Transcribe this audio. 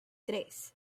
tres